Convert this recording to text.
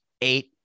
eight